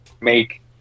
make